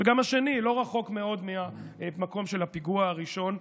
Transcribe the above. וגם השני לא רחוק מאוד מהמקום של הפיגוע הראשון,